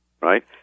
right